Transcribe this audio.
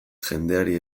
jendeari